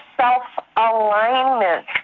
self-alignment